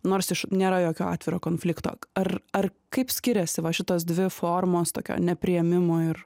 nors iš nėra jokio atviro konflikto ar ar kaip skiriasi va šitos dvi formos tokio nepriėmimo ir